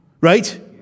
Right